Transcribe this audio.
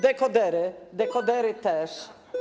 dekodery, dekodery też.